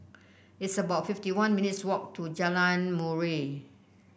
it's about fifty one minutes' walk to Jalan Murai